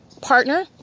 Partner